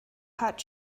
hot